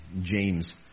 James